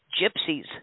gypsies